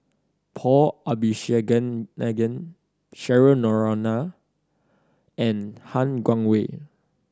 Paul Abisheganaden Cheryl Noronha and Han Guangwei